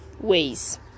ways